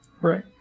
Right